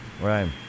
right